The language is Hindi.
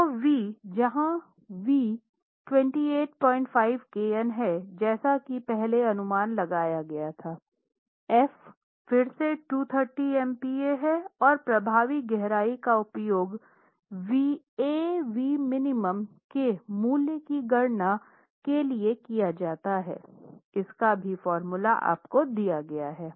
तो Vs जहां V 285 kN है जैसा कि पहले अनुमान लगाया गया था Fs फिर से 230 MPa है और प्रभावी गहराई का उपयोग Avmin के मूल्य की गणना के लिए किया जाता है